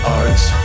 arts